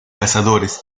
cazadores